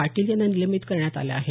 पाटील यांना निलंबित करण्यात आलं आहे